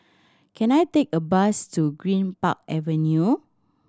can I take a bus to Greenpark Avenue